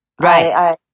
Right